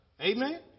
Amen